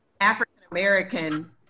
African-American